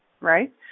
right